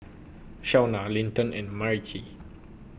Shauna Linton and Myrtie